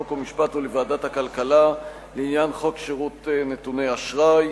חוק ומשפט ולוועדת הכלכלה לעניין חוק שירות נתוני אשראי: